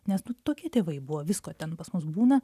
nes nu tokie tėvai buvo visko ten pas mus būna